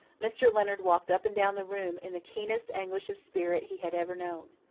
mr. leonard walked up and down the room in the keenest anguish of spirit he had ever known.